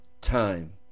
time